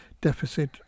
deficit